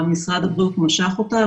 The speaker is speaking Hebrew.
משרד הבריאות משך אותה.